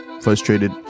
frustrated